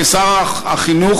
כשר החינוך,